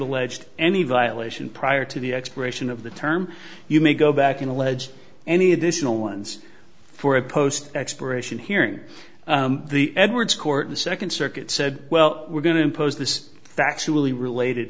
alleged any violation prior to the expiration of the term you may go back and allege any additional ones for a post expiration hearing the edwards court the second circuit said well we're going to impose this factually related